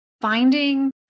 finding